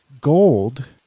gold